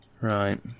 Right